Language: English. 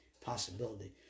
possibility